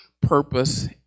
purpose